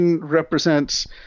represents